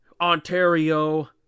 Ontario